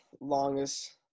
longest